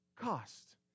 cost